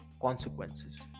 consequences